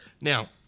Now